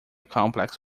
complex